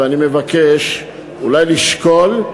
ואני מבקש אולי לשקול.